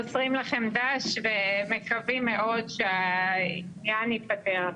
מוסרים לכם ד"ש ומקווים מאוד שהעניין ייפתר.